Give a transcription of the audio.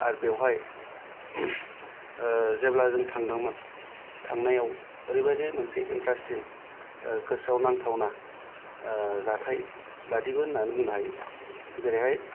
आरो बेवहाय जेब्ला जों थांदोंमोन थांनायाव ओरैबादि मोनसे इन्टारेसटिं गोसोयाव नांथावना जाथाय बादिबो होन्नानै बुंनो हायो जेरैहाय